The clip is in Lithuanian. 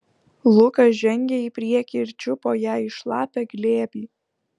lukas žengė į priekį ir čiupo ją į šlapią glėbį